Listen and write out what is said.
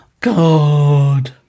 God